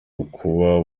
ukuba